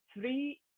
three